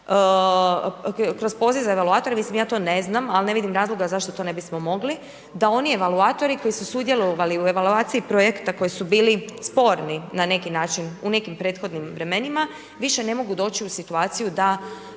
kroz poziv za evaluatore, mislim ja to ne znam, ali ne vidim razloga zašto to ne bismo mogli da oni evaluatori koji su sudjelovali u evaluaciji projekta koji su bili sporni na neki način u nekim prethodnim vremenima više ne mogu doći u situaciju da